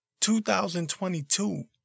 2022